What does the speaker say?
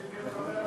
סעיפים 1